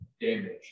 damage